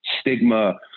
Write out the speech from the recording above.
stigma